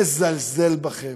מזלזל בכם.